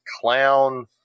clown